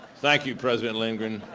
thank you president lindgren.